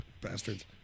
bastards